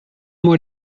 moi